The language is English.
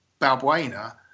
Balbuena